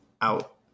out